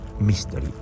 mystery